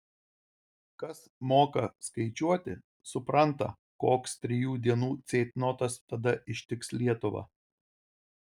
kas moka skaičiuoti supranta koks trijų dienų ceitnotas tada ištiks lietuvą